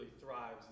thrives